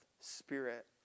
Spirit